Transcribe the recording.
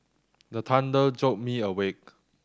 the thunder jolt me awake